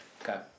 Okay